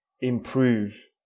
improve